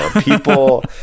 People